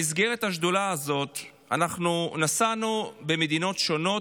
במסגרת השדולה הזאת נסענו במדינות שונות